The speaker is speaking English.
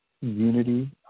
unity